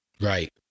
right